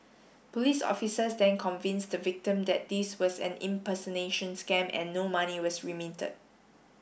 police officers then convinced the victim that this was an impersonation scam and no money was remitted